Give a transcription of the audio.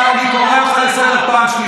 אתה יודע מה זה הווקף?